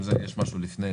אם יש משהו לפני,